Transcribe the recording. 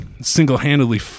single-handedly